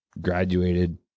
graduated